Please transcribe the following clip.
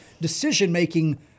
decision-making